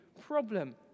problem